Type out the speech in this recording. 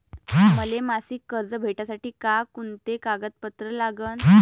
मले मासिक कर्ज भेटासाठी का कुंते कागदपत्र लागन?